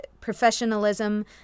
professionalism